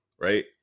right